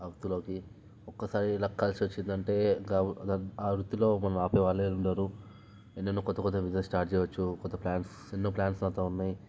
ఆ వృత్తిలోకి ఒక్కసారి ఇలా కలిసొచ్చిందంటే ఇంక ఆ వృత్తిలో మనల్ని ఆపేవాళ్ళే ఉండరు ఎన్నెన్నో కొత్త కొత్త బిజినెస్ స్టార్ట్ చెయ్యచ్చు కొత్త ప్లాన్స్ ఎన్నో ప్లాన్స్ నాతో ఉన్నయి